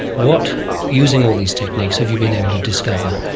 what, using all these techniques, have you been able to discover?